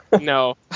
no